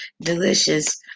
delicious